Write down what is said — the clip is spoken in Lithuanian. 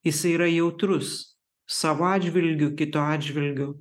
jisai yra jautrus savo atžvilgiu kito atžvilgiu